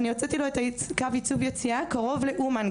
אני הוצאתי לו את צו העיכוב יציאה קרוב לאומן,